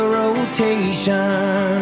rotation